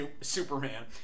Superman